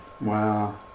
Wow